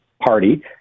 Party